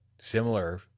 similar